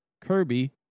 Kirby